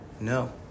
No